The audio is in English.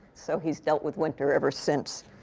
so he's dealt with winter ever since.